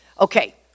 okay